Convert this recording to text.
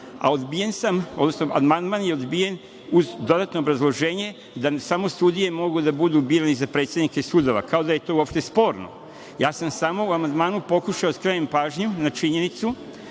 a odbijen sam, odnosno amandman je odbijen, uz dodatno obrazloženje da samo sudije mogu da budu birani za predsednike sudova, kao da je to uopšte sporno. Samo sam u amandmanu pokušao da skrenem pažnju na činjenicu